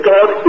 God